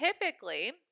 Typically